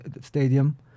stadium